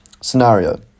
Scenario